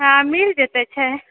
हँ मिल जेतै छै